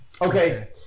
Okay